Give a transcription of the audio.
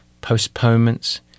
Postponements